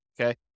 okay